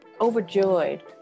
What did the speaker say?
overjoyed